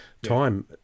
time